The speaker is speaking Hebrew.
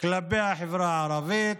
כלפי החברה הערבית.